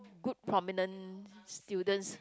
good prominent students